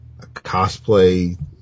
cosplay